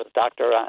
doctor